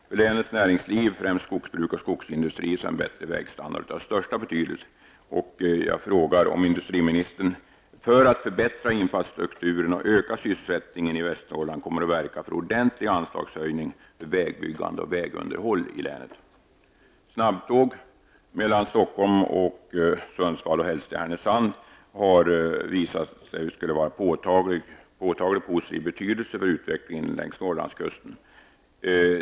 För länets näringsliv, främst skogsbruk och skogsindustri, är en bättre vägstandard av största betydelse. Jag frågar därför om industriministern för att förbättra infrastrukturen och öka sysselsättningen i Västernorrland kommer att verka för en ordentlig anslagshöjning för vägbyggande och vägunderhåll i länet. Det har visat sig att en snabbtågsförbindelse mellan Stockholm och Sundsvall och helst även till Härnösand skulle ha en påtaglig positiv betydelse för utvecklingen längs Norrlandskusten.